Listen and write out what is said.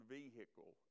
vehicle